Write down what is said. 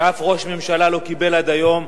שאף ראש ממשלה לא קיבל עד היום,